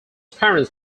parents